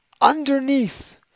underneath